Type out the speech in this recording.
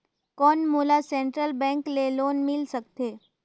कौन मोला central bank ले लोन मिल सकथे?